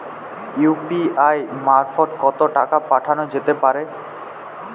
UPI মারফত কত টাকা পাঠানো যেতে পারে?